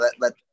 let